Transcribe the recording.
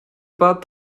but